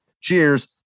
cheers